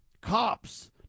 cops